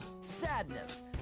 sadness